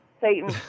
Satan